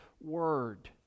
word